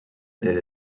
did